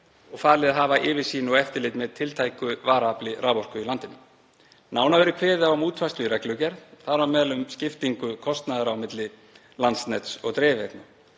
og falið að hafa yfirsýn og eftirlit með tiltæku varaafli raforku í landinu. Nánar verði kveðið á um útfærslu í reglugerð, þar á meðal um skiptingu kostnaðar á milli Landsnets og dreifiveitna.